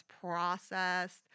processed